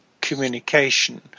communication